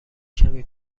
کمی